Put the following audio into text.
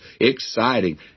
exciting